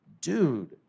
Dude